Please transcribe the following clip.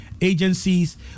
agencies